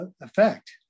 effect